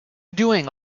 doing